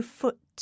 foot